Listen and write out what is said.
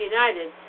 United